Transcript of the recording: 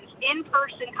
in-person